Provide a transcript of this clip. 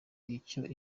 icyo